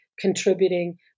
contributing